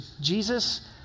Jesus